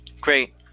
Great